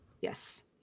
Yes